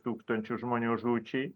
tūkstančių žmonių žūčiai